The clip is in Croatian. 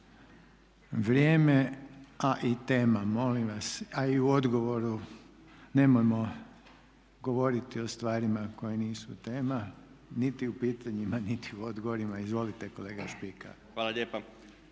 Vrijeme, a i tema, molim vas. A i u odgovoru nemojmo govoriti o stvarima koje nisu tema, niti u pitanjima niti u odgovorima. Izvolite kolega Špika. **Špika,